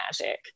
magic